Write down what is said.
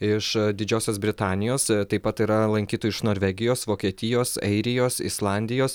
iš didžiosios britanijos taip pat yra lankytojų iš norvegijos vokietijos airijos islandijos